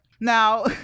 Now